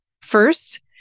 First